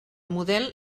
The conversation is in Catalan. model